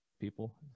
people